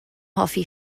hoffi